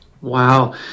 wow